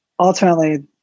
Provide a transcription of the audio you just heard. ultimately